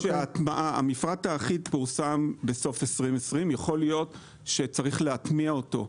המפרט האחיד פורסם בסוף שנת 2020. יכול להיות שצריך להטמיע אותו.